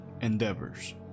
endeavors